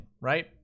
right